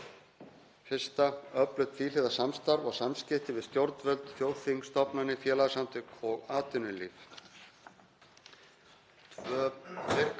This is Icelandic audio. tvíhliða samstarf og samskipti við stjórnvöld, þjóðþing, stofnanir, félagasamtök og atvinnulíf.